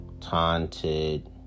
taunted